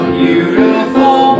beautiful